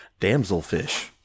damselfish